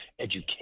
education